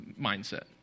mindset